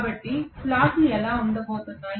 కాబట్టి స్లాట్లు ఎలా ఉండబోతున్నాయి